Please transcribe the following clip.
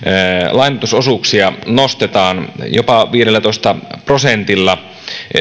lainoitusosuuksia nostetaan jopa viidellätoista prosentilla